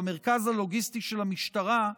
במרכז הלוגיסטי של המשטרה,